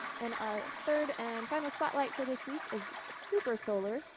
and our third and final spotlight for this week is super solar,